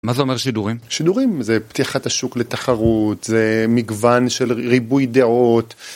מה זה אומר שידורים? שידורים זה פתיחת השוק לתחרות, זה מגוון של ריבוי דעות.